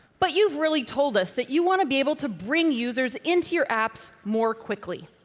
but you've really told us that you want to be able to bring users into your apps more quickly.